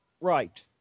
Right